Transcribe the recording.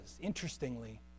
interestingly